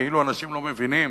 כאילו אנשים לא מבינים.